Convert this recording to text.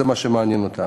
זה מה שמעניין אותה.